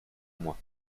moi